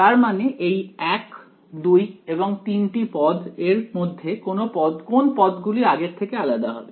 তার মানে এই 1 2 এবং 3 টি পদ এর মধ্যে কোন পদ গুলি আগের থেকে আলাদা হবে